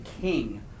king